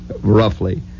Roughly